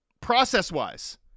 process-wise